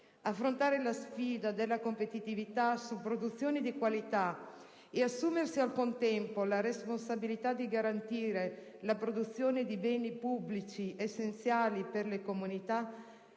Affrontare la sfida della competitività su produzioni di qualità e assumersi al contempo la responsabilità di garantire la produzione di beni pubblici, essenziali per le comunità,